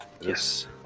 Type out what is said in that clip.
Yes